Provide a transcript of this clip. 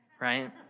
right